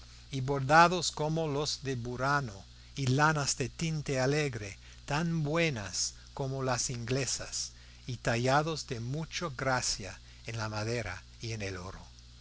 y bordados como los de burano y lanas de tinte alegre tan buenas como las inglesas y tallados de mucha gracia en la madera y en el oro por